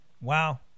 wow